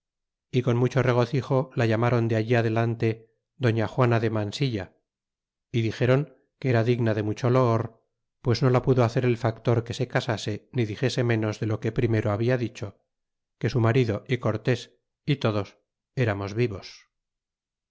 y con mucho regocijo la llamron de allí adelante doña juana de mansilla y dixéron que era digna de mucho loor pues no la pudo hacer el factor que se casase ni dixese menos de lo que primero habia dicho que su marido y cortés y todos eramos vivos